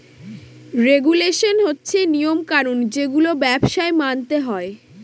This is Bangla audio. রেগুলেশন হচ্ছে নিয়ম কানুন যেগুলো ব্যবসায় মানতে হয়